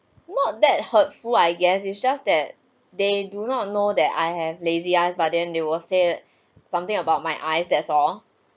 not that hurtful I guess it's just that they do not know that I have lazy eyes but then they will say something about my eyes that's all